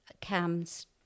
Cam's